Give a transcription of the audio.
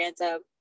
random